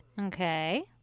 Okay